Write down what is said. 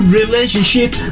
relationship